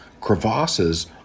Crevasses